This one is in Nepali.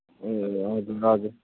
ए ए हजुर हजुर